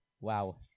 wow